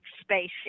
spaceship